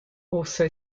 also